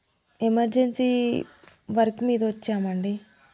emergency work మీద వచ్చామండి